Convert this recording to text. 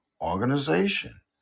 organization